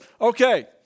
Okay